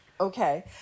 Okay